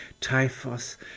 typhus